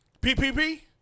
PPP